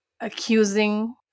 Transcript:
accusing